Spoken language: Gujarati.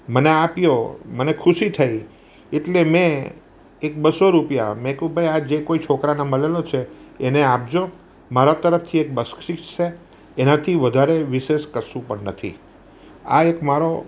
મને આપ્યો મને ખુશી થઈ એટલે મેં એક બસ્સો રૂપિયા મેં કહ્યું ભાઈ આ જે કોઇ છોકરાને મળેલો છે એને આપજો મારા તરફથી એને બખ્શિશ છે એનાથી વધારે વિશેષ કશું પણ નથી આ એક મારો